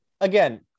again